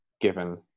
given